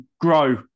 grow